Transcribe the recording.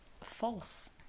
false